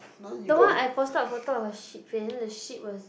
the one I posted a photo of a shit face then the shit was